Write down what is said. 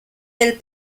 del